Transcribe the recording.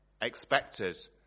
expected